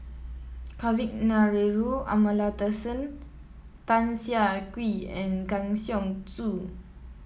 Kavignareru Amallathasan Tan Siah Kwee and Kang Siong Joo